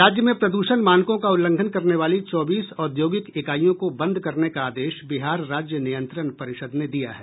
राज्य में प्रद्रषण मानकों का उल्लंघन करने वाली चौबीस औद्योगिक इकाईयों को बंद करने का आदेश बिहार राज्य नियंत्रण परिषद ने दिया है